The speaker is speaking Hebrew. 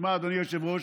שמע, אדוני היושב-ראש,